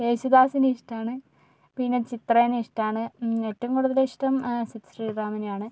യേശുദാസിനെ ഇഷ്ടമാണ് പിന്നെ ചിത്രേനെ ഇഷ്ടമാണ് പിന്നെ ഏറ്റവും കൂടുതൽ ഇഷ്ടം സിദ് ശ്രീറാമിനെയാണ്